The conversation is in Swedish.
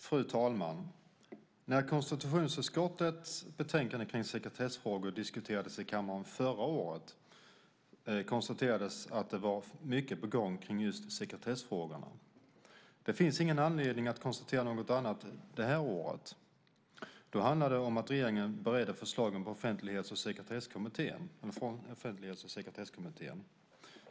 Fru talman! När konstitutionsutskottets betänkande om sekretessfrågor diskuterades i kammaren förra året konstaterades att det var mycket på gång kring just sekretessfrågorna. Det finns ingen anledning att konstatera något annat det här året. Då handlade det om att regeringen beredde förslagen från Offentlighets och sekretesskommittén.